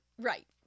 Right